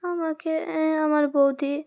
আমাকে আমার বৌদি